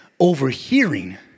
overhearing